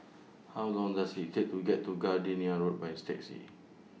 How Long Does IT Take to get to Gardenia Road By Taxi